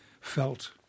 felt